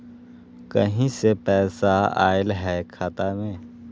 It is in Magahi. कहीं से पैसा आएल हैं खाता में?